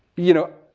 you know,